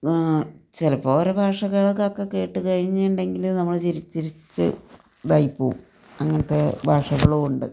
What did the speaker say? ചിലപ്പോൾ ഓരോ ഭാഷകളൊകൊക്കെ കേട്ട് കഴിഞ്ഞിട്ടുണ്ടെങ്കിൽ നമ്മൾ ചിരിച്ചു ചിരിച്ചു ഇതായി പോകും അങ്ങനത്തെ ഭാഷകളും ഉണ്ട്